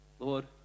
Lord